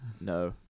no